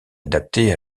adapté